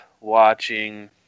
watching